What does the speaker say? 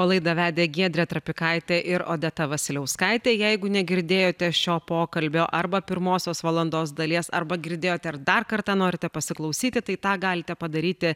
o laidą vedė giedrė trapikaitė ir odeta vasiliauskaitė jeigu negirdėjote šio pokalbio arba pirmosios valandos dalies arba girdėjote ir dar kartą norite pasiklausyti tai tą galite padaryti